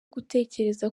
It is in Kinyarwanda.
gutekereza